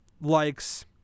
likes